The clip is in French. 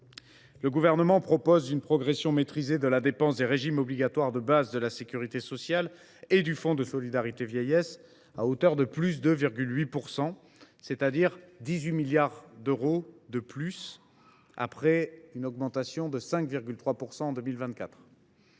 Le Gouvernement propose une progression maîtrisée de la dépense des régimes obligatoires de base de la sécurité sociale et du fonds de solidarité vieillesse de 2,8 %, soit 18 milliards d’euros de plus, après une augmentation de 5,3 % en 2024.